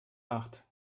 acht